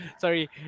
sorry